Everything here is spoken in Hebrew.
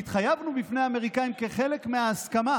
והתחייבנו בפני האמריקאים כחלק מההסכמה,